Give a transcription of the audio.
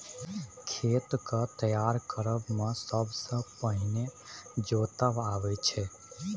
खेत केँ तैयार करब मे सबसँ पहिने जोतब अबै छै